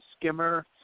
skimmer